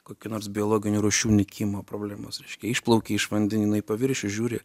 kokių nors biologinių rūšių nykimo problemos reiškia išplauki iš vandenyno į paviršių žiūri